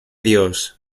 dios